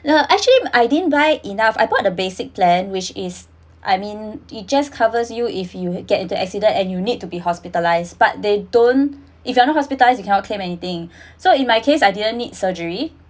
no actually I didn't buy enough I bought the basic plan which is I mean it just covers you if you will get into accident and you need to be hospitalised but they don't if you are not hospitalised you cannot claim anything so in my case I didn't need surgery